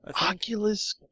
Oculus